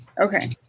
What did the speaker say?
Okay